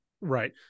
Right